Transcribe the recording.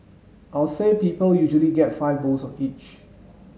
I'll say people usually get five bowls of each